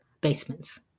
basements